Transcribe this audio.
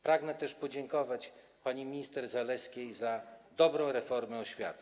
Pragnę też podziękować pani minister Zalewskiej za dobrą reformę oświaty.